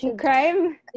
Crime